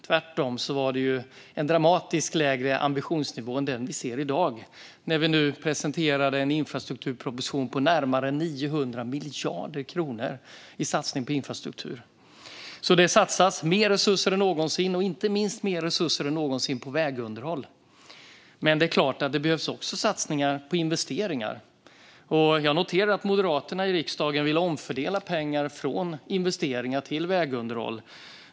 Tvärtom var det en dramatiskt lägre ambitionsnivå än den vi har i dag, när vi nu presenterar en infrastrukturproposition, där det satsas närmare 900 miljarder kronor på infrastruktur. Det satsas alltså mer resurser än någonsin. Det satsas inte minst mer resurser än någonsin på vägunderhåll. Men det är klart att det också behövs satsningar på investeringar. Jag noterar att Moderaterna i riksdagen vill omfördela pengar från investeringar till vägunderhåll.